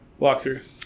walkthrough